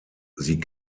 sie